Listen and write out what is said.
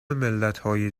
ملتهای